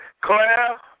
Claire